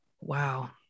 Wow